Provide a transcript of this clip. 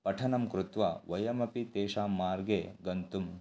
पठनं कृत्वा वयमपि तेषां मार्गे गन्तुम्